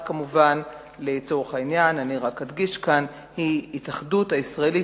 לצורך העניין אני אדגיש שעותרת 1 היא ההתאחדות הישראלית